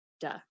duh